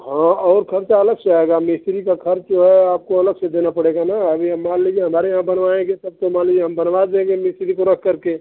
हाँ और ख़र्च अलग से आएगा मिस्त्री का ख़र्च जो है आपको अलग से देना पड़ेगा ना अब यह मान लीजिए हमारे यहाँ बनवाएँगे तब तो मान लीजिए हम बनवा देंगे मिस्त्री को रखकर के